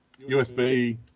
USB